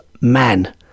man